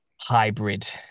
hybrid